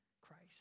Christ